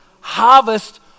harvest